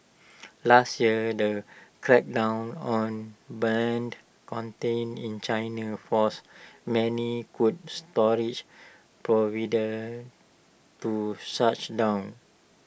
last year the crackdown on banned content in China forced many could storage providers to shut down